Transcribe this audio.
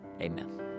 Amen